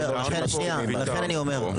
לכן אני אומר,